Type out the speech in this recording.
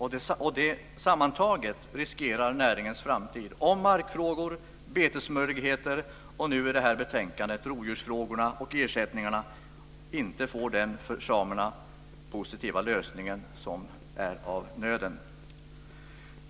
Sammantaget riskerar det näringens framtid om markfrågor, betesmöjligheter och det vi behandlar i det här betänkandet, dvs. rovdjurs och ersättningsfrågorna, inte får den för samerna positiva lösning som är av nöden.